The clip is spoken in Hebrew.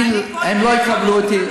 הם לא יקבלו אותי.